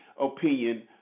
opinion